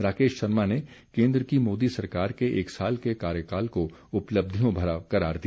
राकेश शर्मा ने केन्द्र की मोदी सरकार के एक साल के कार्यकाल को उपलब्धियों भरा करार दिया